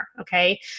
Okay